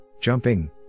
Jumping